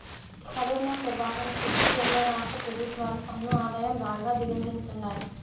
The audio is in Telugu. కరోనా పెభావం సెప్పి కేంద్ర రాష్ట్ర పెభుత్వాలు పన్ను ఆదాయం బాగా దిగమింగతండాయి